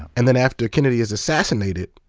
and then after kennedy is assassinated,